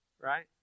right